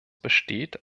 besteht